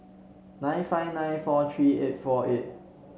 nine five nine four three eight four eight